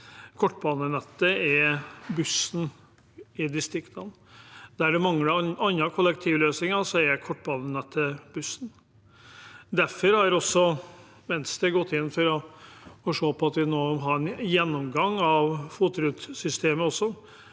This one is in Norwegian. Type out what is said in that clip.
Kortbanenettet er bussen i distriktene. Der det mangler andre kollektivløsninger, er kortbanenettet bussen. Derfor har også Venstre gått inn for at vi skal ha en gjennomgang av FOT-rutesystemet, også